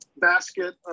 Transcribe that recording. basket